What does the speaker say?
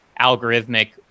algorithmic